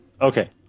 Okay